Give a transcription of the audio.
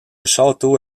château